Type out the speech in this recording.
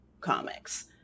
comics